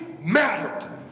mattered